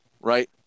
right